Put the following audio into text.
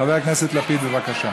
חבר הכנסת יאיר לפיד, בבקשה.